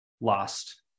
lost